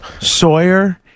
Sawyer